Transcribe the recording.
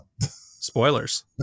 spoilers